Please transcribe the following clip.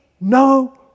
no